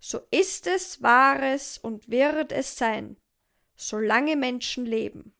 so ist es war es und wird es sein so lange menschen leben o